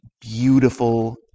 beautiful